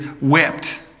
whipped